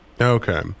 Okay